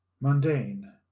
mundane